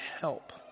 help